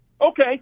Okay